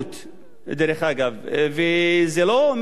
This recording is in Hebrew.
זה לא אומר בהכרח תוקפנות פיזית,